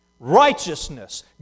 righteousness